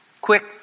quick